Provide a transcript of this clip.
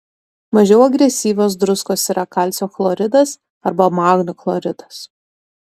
mažiau agresyvios druskos yra kalcio chloridas arba magnio chloridas